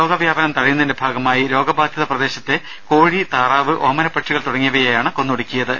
രോഗവ്യാപനം തടയുന്നതിന്റെ ഭാഗമായി രോഗബാധിത പ്രദേശത്തെ കോഴി താറാവ് ഓമനപ്പക്ഷികൾ തുടങ്ങിയവയെയാണ് കൊന്നൊടുക്കിയത്